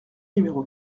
numéro